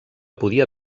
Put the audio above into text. podia